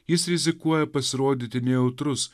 jis rizikuoja pasirodyti nejautrus